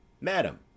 Madam